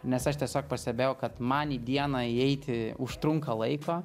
nes aš tiesiog pastebėjau kad man į dieną įeiti užtrunka laiko